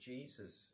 Jesus